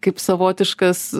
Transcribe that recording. kaip savotiškas